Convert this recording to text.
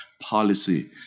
policy